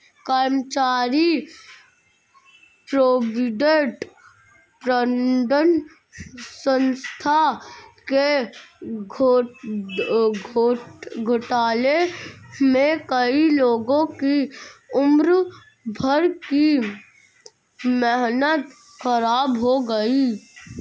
कर्मचारी provident fund संस्था के घोटाले में कई लोगों की उम्र भर की मेहनत ख़राब हो गयी